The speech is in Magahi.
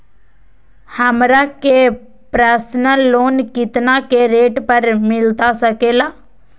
हमरा के पर्सनल लोन कितना के रेट पर मिलता सके ला?